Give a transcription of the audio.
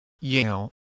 Yale